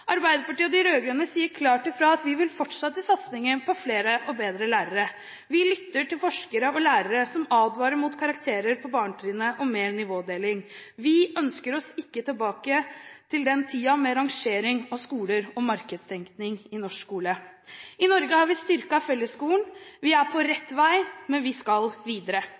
Arbeiderpartiet og de rød-grønne sier klart ifra at vi vil fortsette satsingen på flere og bedre lærere. Vi lytter til forskere og lærere som advarer mot karakterer på barnetrinnet og mer nivådeling. Vi ønsker oss ikke tilbake til tiden med rangering av skoler og markedstenkning i norsk skole. I Norge har vi styrket fellesskolen. Vi er på rett vei, men vi skal videre.